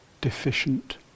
deficient